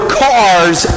cars